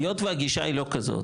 היות והגישה היא לא כזאת,